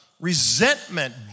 resentment